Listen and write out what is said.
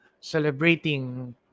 celebrating